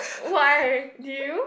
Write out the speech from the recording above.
why did you